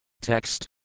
Text